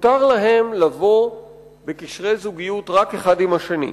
שמותר להם לבוא בקשרי זוגיות רק אחד עם השני.